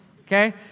okay